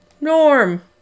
Norm